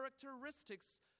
characteristics